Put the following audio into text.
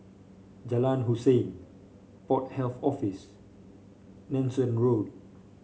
Jalan Hussein Port Health Office Nanson Road